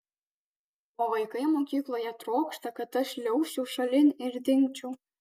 o vaikai mokykloje trokšta kad aš šliaužčiau šalin ir dingčiau